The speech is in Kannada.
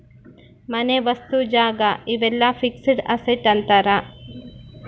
ಮನೆ ವಸ್ತು ಜಾಗ ಇವೆಲ್ಲ ಫಿಕ್ಸೆಡ್ ಅಸೆಟ್ ಅಂತಾರ